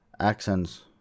Accents